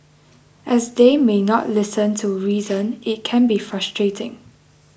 as they may not listen to reason it can be frustrating